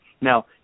Now